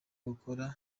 gukora